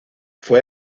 fue